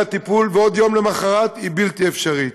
הטיפול ועוד יום למחרת היא בלתי אפשרית.